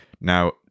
Now